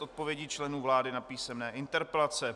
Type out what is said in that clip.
Odpovědi členů vlády na písemné interpelace